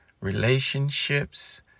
relationships